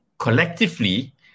Collectively